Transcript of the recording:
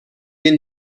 این